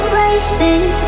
races